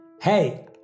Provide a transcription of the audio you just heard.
Hey